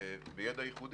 בידע ייחודי,